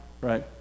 right